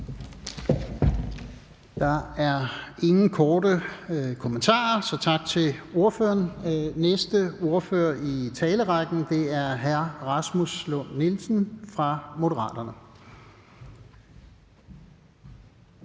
Der er ingen korte bemærkninger, så tak til ordføreren. Næste ordfører i talerrækken er hr. Rasmus Lund-Nielsen fra Moderaterne.